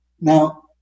Now